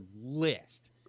list